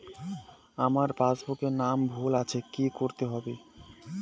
আমার পাসবুকে নাম ভুল আছে কি করতে হবে?